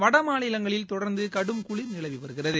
வடமாநிலங்களில் தொடர்ந்து கடும் குளிர் நிலவி வருகிறது